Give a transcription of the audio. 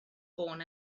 born